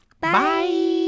Bye